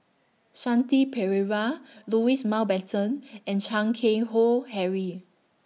Shanti Pereira Louis Mountbatten and Chan Keng Howe Harry